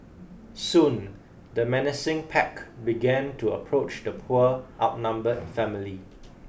soon the menacing pack began to approach the poor outnumbered family